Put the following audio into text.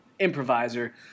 improviser